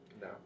No